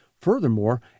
Furthermore